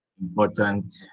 important